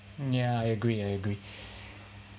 ya I agree I agree